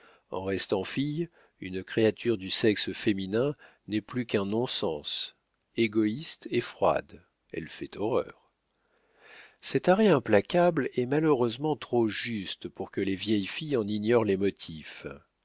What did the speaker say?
en restant fille une créature du sexe féminin n'est plus qu'un non-sens égoïste et froide elle fait horreur cet arrêt implacable est malheureusement trop juste pour que les vieilles filles en ignorent les motifs